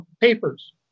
papers